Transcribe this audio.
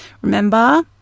Remember